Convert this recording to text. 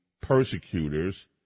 persecutors